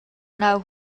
know